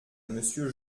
monsieur